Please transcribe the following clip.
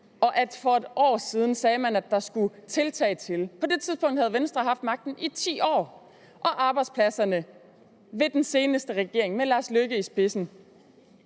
at man for et år siden sagde, at der skulle tiltag til. På det tidspunkt havde Venstre haft magten i 10 år, og under den seneste regering med hr. Lars Løkke Rasmussen